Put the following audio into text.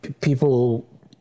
people